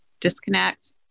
disconnect